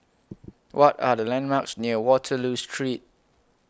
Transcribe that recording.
What Are The landmarks near Waterloo Street